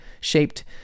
shaped